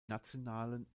nationalen